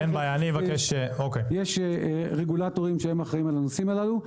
יש רגולטורים שאחראים על הנושאים הללו.